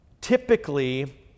Typically